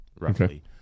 roughly